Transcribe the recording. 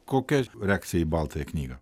kokia reakcija į baltąją knygą